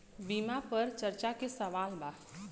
बीमा पर चर्चा के सवाल बा?